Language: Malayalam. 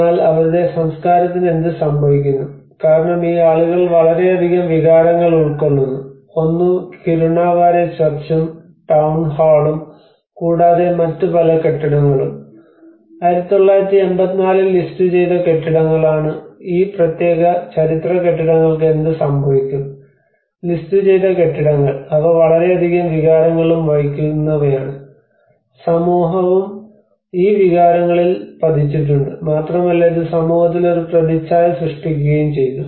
എന്നാൽ അവരുടെ സംസ്കാരത്തിന് എന്ത് സംഭവിക്കുന്നു കാരണം ഈ ആളുകൾ വളരെയധികം വികാരങ്ങൾ ഉൾക്കൊള്ളുന്നു ഒന്ന് കിരുണവാരെ ചർച്ചും ടൌൺഹാളും കൂടാതെ മറ്റു പല കെട്ടിടങ്ങളും 1984 ൽ ലിസ്റ്റുചെയ്ത കെട്ടിടങ്ങളാണ് ഈ പ്രത്യേക ചരിത്ര കെട്ടിടങ്ങൾക്ക് എന്ത് സംഭവിക്കും ലിസ്റ്റുചെയ്ത കെട്ടിടങ്ങൾ അവ വളരെയധികം വികാരങ്ങളും വഹിക്കുന്നവയാണ് സമൂഹവും ഈ വികാരങ്ങളിൽ പതിച്ചിട്ടുണ്ട് മാത്രമല്ല ഇത് സമൂഹത്തിൽ ഒരു പ്രതിച്ഛായ സൃഷ്ടിക്കുകയും ചെയ്തു